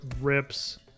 rips